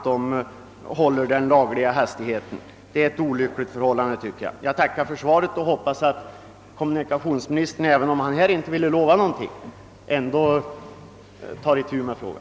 Det är enligt min mening ett olyckligt förhållande. Jag tackar för svaret och hoppas att kommunikationsministern, även om han här inte ville lova någonting, ändå tar itu med frågan.